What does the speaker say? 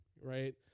right